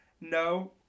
No